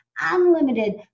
unlimited